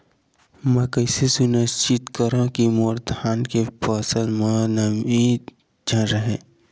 मैं कइसे सुनिश्चित करव कि मोर धान के फसल म नमी झन रहे?